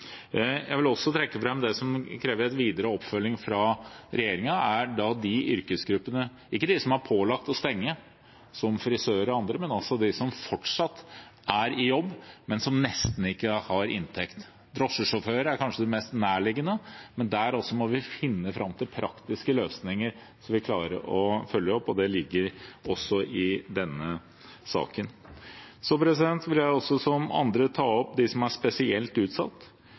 Jeg vil også trekke fram dem som krever videre oppfølging fra regjeringen – ikke de som er pålagt å stenge, som frisører og andre – men de som fortsatt er i jobb, men som nesten ikke har inntekt – drosjesjåfører er kanskje de mest nærliggende å nevne. Også der må vi finne fram til praktiske løsninger, skal vi klare å følge opp. Det ligger også i denne saken. Så vil jeg også, som andre, ta opp dem som er spesielt utsatt.